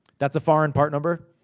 that's a foreign part number?